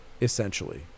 essentially